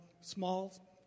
small